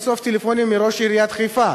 אין-סוף טלפונים מראש עיריית חיפה.